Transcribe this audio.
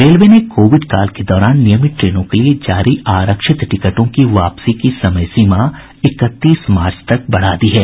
railway ने कोविडकाल के दौरान नियमित ट्रेनों के लिये जारी आरक्षित टिकटों की वापसी की समयसीमा इकतीस मार्च तक बढ़ा दी है